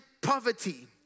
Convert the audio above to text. poverty